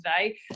today